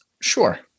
Sure